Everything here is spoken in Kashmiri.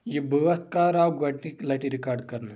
یہِ بٲتھ کر آو گۄڈنِیک لَٹہِ ریکاڑ کرنہٕ